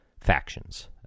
factions